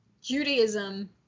Judaism